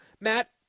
Matt